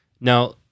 Now